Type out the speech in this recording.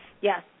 Yes